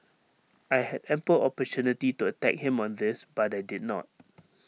I had ample opportunity to attack him on this but I did not